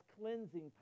cleansing